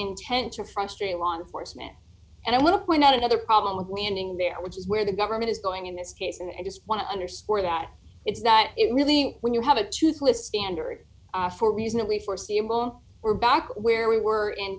intention frustrating law enforcement and i want to point out another problem with the ending there which is where the government is going in this case and i just want to underscore that it's that really when you have a toothless standard for reasonably foreseeable we're back where we were in